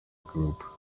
group